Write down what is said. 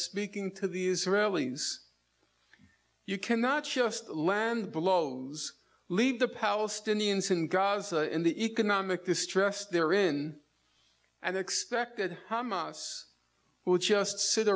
speaking to the israelis you cannot just land billows leave the palestinians in gaza and the economic distress they're in and expected hamas would just sit